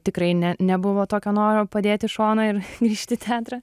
tikrai ne nebuvo tokio noro padėt į šoną ir grįžt į teatrą